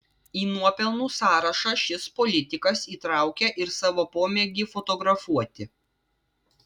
į nuopelnų sąrašą šis politikas įtraukė ir savo pomėgį fotografuoti